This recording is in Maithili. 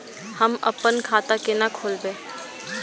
हम आपन खाता केना खोलेबे?